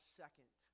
second